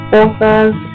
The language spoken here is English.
Authors